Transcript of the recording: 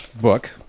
book